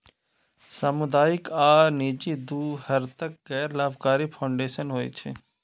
सामुदायिक आ निजी, दू तरहक गैर लाभकारी फाउंडेशन होइ छै